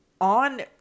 on